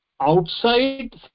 outside